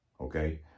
Okay